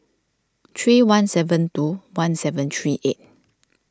three one seven two one seven three eight